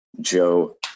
Joe